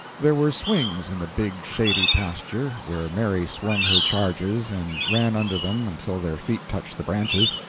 there were swings in the big, shady pasture, where mary swung her charges and ran under them until their feet touched the branches.